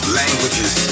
languages